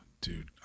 Dude